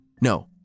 No